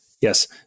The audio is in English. yes